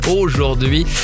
aujourd'hui